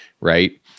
right